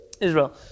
Israel